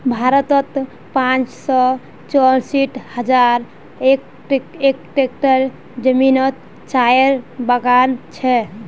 भारतोत पाँच सौ चौंसठ हज़ार हेक्टयर ज़मीनोत चायेर बगान छे